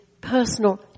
personal